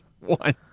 one